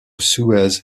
suez